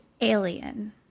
Alien